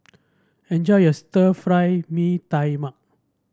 enjoy your Stir Fry Mee Tai Mak